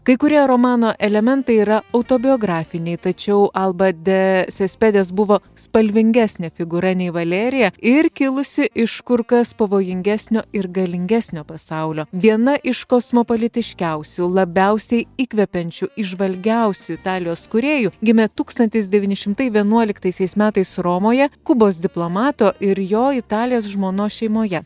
kai kurie romano elementai yra autobiografiniai tačiau alba de sispedės buvo spalvingesnė figūra nei valerija ir kilusi iš kur kas pavojingesnio ir galingesnio pasaulio viena iš kosmopolitiškiausių labiausiai įkvepiančių įžvalgiausių italijos kūrėjų gimė tūkstantis devyni šimtai vienuoliktaisiais metais romoje kubos diplomato ir jo italės žmonos šeimoje